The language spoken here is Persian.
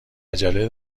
عجله